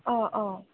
অঁ অঁ